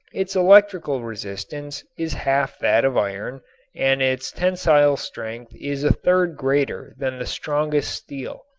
its electrical resistance is half that of iron and its tensile strength is a third greater than the strongest steel.